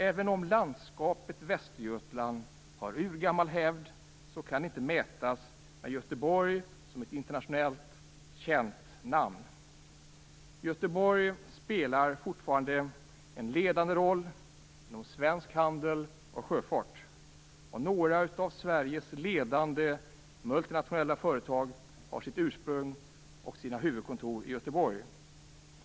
Även om landskapet Västergötland har urgammal hävd kan det inte mätas med Göteborg som ett internationellt känt namn. Göteborg spelar fortfarande en ledande roll inom svensk handel och sjöfart. Några av Sveriges ledande multinationella företag har sitt ursprung och sina huvudkontor i Göteborg.